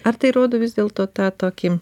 ar tai rodo vis dėlto tą tokį